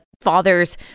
father's